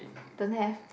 don't have